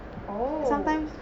oh